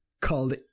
called